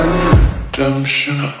redemption